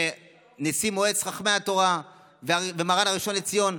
שנשיא מועצת חכמי התורה ומרן הראשון לציון,